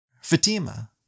Fatima